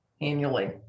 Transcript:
annually